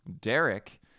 Derek